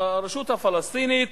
הרשות הפלסטינית,